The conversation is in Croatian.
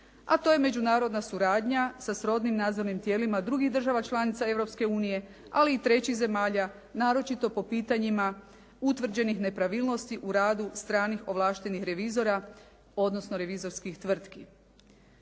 a to je međunarodna suradnja sa srodnim nadzornim tijelima drugih država članica Europske unije, ali i trećih zemalja naročito po pitanjima utvrđenih nepravilnosti u radu stranih ovlaštenih revizora, odnosno revizorskih tvrtki.